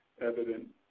evident